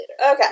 Okay